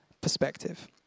perspective